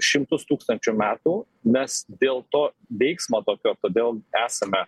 šimtus tūkstančių metų mes dėl to veiksmo tokio todėl esame